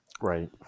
Right